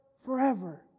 forever